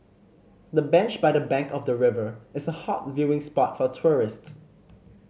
the bench by the bank of the river is a hot viewing spot for tourists